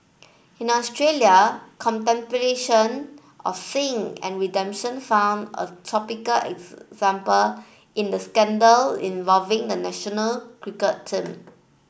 in Australia contemplation of sin and redemption found a topical example in the scandal involving the national cricket team